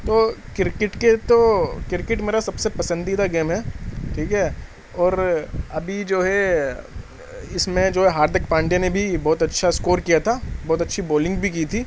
تو کرکٹ کے تو کرکٹ میرا سب سے پسندیدہ گیم ہے ٹھیک ہے اور ابھی جو ہے اس میں جو ہے ہاردک پانڈیا نے بھی بہت اچھا اسکور کیا تھا بہت اچھی بالنگ بھی کی تھی